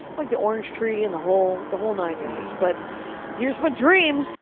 like the orange tree, and the whole the whole nine yards. but here's my dream!